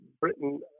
Britain